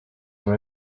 were